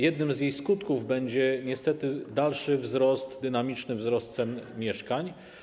Jednym z jej skutków będzie niestety dalszy wzrost, dynamiczny wzrost cen mieszkań.